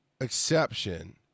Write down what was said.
exception